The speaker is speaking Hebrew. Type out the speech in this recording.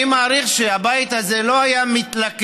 אני מעריך שהבית הזה לא היה מתלכד